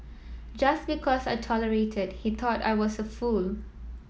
just because I tolerated he thought I was a fool